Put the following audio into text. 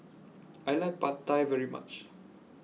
I like Pad Thai very much